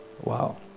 wow